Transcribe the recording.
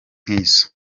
nk’izo